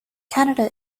canada